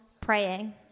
praying